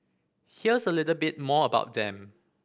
here's a little bit more about them